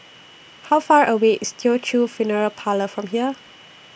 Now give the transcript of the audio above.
How Far away IS Teochew Funeral Parlour from here